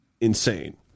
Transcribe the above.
Insane